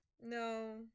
No